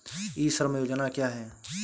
ई श्रम योजना क्या है?